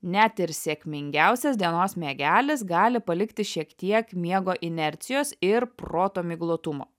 net ir sėkmingiausias dienos miegelis gali palikti šiek tiek miego inercijos ir proto miglotumo